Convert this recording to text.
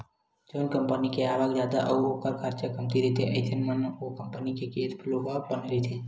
जउन कंपनी के आवक जादा अउ ओखर खरचा कमती रहिथे अइसन म ओ कंपनी के केस फ्लो ह बने रहिथे